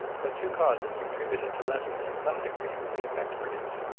but two causes contributed to lessen in some degree the effect produced.